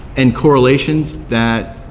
and correlations that